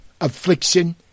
affliction